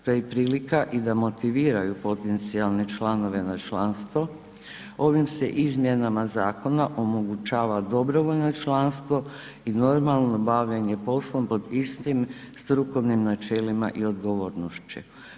To je prilika i da motiviraju potencijalne članove na članstvo, ovim se izmjenama zakona omogućava dobrovoljno članstvo i normalno bavljenje poslom pod istim strukovnim načelima i odgovornošću.